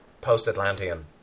post-Atlantean